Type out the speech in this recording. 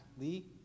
Lee